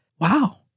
wow